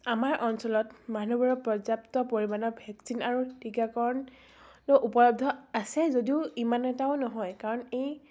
আমাৰ অঞ্চলত মানুহবোৰৰ পৰ্যাপ্ত পৰিমাণৰ ভেকচিন আৰু টীকাকৰণো উপলব্ধ আছে যদিও ইমান এটাও নহয় কাৰণ এই